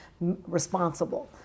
responsible